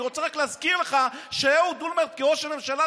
אני רוצה רק להזכיר לך שאהוד אולמרט כראש הממשלה,